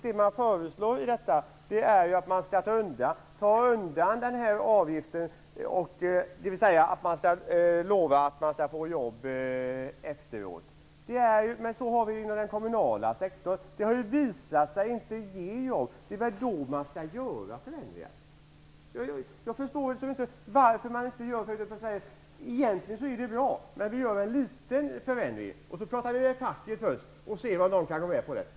Det föreslås ju nu att man skall få jobb efteråt. Men så är det inom den kommunala sektorn och det systemet har ju inte visat sig ge några jobb. Då behövs förändringar! Jag förstår inte varför man inte gör det. Man säger: Egentligen är det bra, men vi gör en liten förändring. Vi pratar med dem i facket först och ser om de kan gå med på detta.